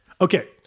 Okay